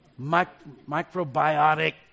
microbiotic